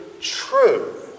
true